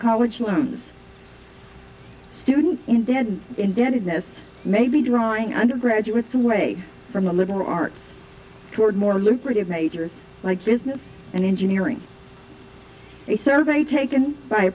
college loans student and dead indebtedness may be drawing undergraduates away from the liberal arts toward more lucrative majors like business and engineering a survey taken by